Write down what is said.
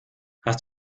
hast